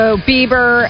Bieber